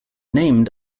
named